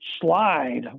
slide